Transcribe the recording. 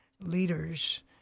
leaders